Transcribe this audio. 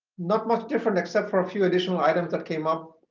not much different except for a few additional items that came up.